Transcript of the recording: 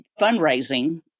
fundraising